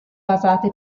basate